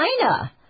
China